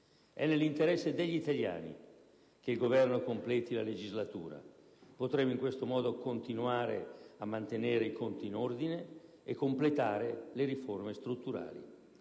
È nell'interesse degli italiani che il Governo completi la legislatura. Potremo in questo modo continuare a mantenere i conti in ordine e completare le riforme strutturali;